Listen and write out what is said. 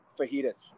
Fajitas